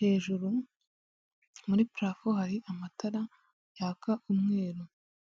hejuru muri parafo hari amatara yaka umweru.